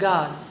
God